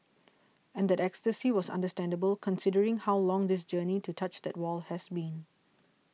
and that ecstasy was understandable considering how long this journey to touch that wall has been